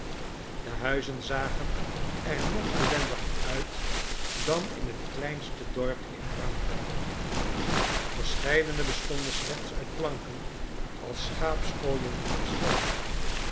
de huizen zagen er nog ellendiger uit dan in het kleinste dorpje in frankrijk verscheidene bestonden slechts uit planken als schaapskooien of stallen